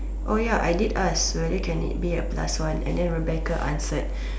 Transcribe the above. ya I did ask whether can it be a plus one and then Rebecca answered